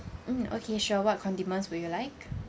mm okay sure what condiments would you like